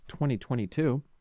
2022